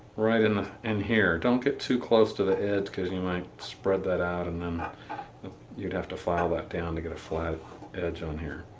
right in in and here. don't get too close to the edge because you might spread that out and then you'd have to file that down to get a flat edge on here.